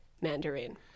Mandarin